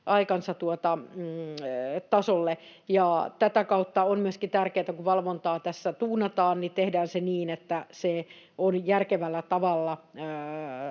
aikansa tasolle, ja tätä kautta on myöskin tärkeätä, kun valvontaa tässä tuunataan, että tehdään se niin, että se on järkevällä tavalla